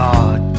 God